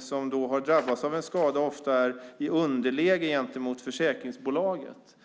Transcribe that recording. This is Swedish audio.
som drabbats av en skada ofta är i underläge gentemot försäkringsbolaget.